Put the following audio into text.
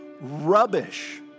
rubbish